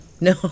no